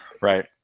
right